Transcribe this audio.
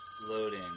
Loading